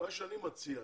מה שאני מציע,